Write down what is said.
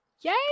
Yay